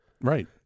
Right